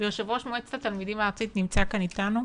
ויו"ר מועצת התלמידים הארצית נמצא כאן איתנו,